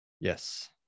Yes